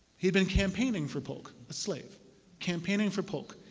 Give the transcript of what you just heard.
he had been campaigning for polk, a slave campaigning for polk.